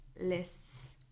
lists